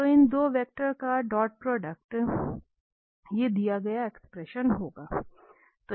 तो इन 2 वेक्टर का डॉट प्रोडक्ट होगा